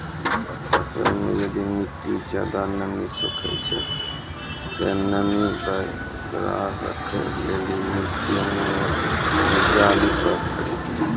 फसल मे यदि मिट्टी ज्यादा नमी सोखे छै ते नमी बरकरार रखे लेली मिट्टी मे की डाले परतै?